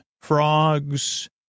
frogs